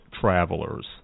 travelers